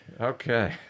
Okay